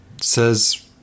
Says